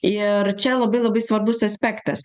ir čia labai labai svarbus aspektas